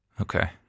Okay